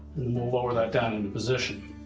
we'll lower that down into position.